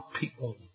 people